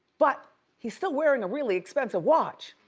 but he's still wearing a really expensive watch.